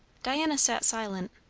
diana sat silent.